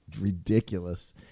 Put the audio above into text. ridiculous